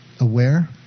Aware